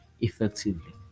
effectively